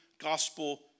gospel